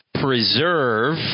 preserve